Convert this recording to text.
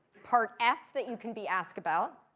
part f that you can be asked about.